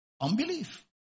Unbelief